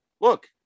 look